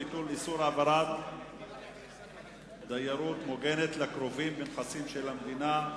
ביטול איסור העברת דיירות מוגנת לקרובים בנכסים של המדינה),